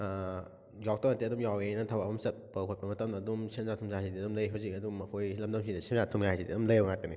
ꯌꯥꯎꯗꯕ ꯅꯠꯇꯦ ꯑꯗꯨꯝ ꯌꯥꯎꯏ ꯑꯩꯅ ꯊꯕꯛ ꯑꯃ ꯆꯠꯄ ꯈꯣꯠꯄ ꯃꯇꯝꯗ ꯑꯗꯨꯝ ꯁꯦꯟꯖꯥ ꯊꯨꯝꯖꯁꯤꯗꯤ ꯑꯗꯨꯝ ꯂꯩ ꯍꯧꯖꯤꯛ ꯑꯗꯨꯝ ꯃꯈꯣꯏ ꯂꯝꯗꯝꯁꯤꯗ ꯁꯦꯟꯖꯥ ꯊꯨꯝꯖꯥ ꯍꯥꯏꯁꯤꯗꯤ ꯑꯗꯨꯝ ꯂꯩꯔꯕ ꯉꯥꯛꯇꯅꯤ